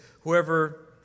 whoever